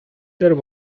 there